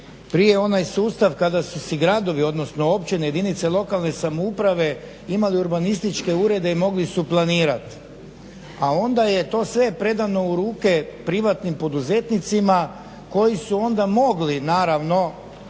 prije onaj sustav kada su si gradovi odnosno općine, jedinice lokalne samouprave imali urbanističke urede i mogli su planirati. A onda je to sve predano u ruke privatnim poduzetnicima koji su onda mogli naravno